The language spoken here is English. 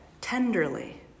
tenderly